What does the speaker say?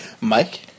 Mike